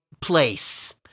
place